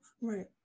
Right